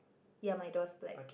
ya my door's black